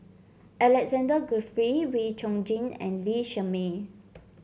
Alexander Guthrie Wee Chong Jin and Lee Shermay